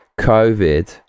covid